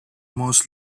most